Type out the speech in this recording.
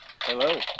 Hello